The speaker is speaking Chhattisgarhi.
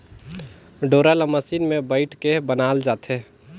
डोरा ल मसीन मे बइट के बनाल जाथे